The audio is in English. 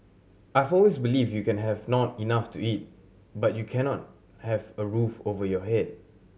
I've always believed you can have not enough to eat but you cannot not have a roof over your head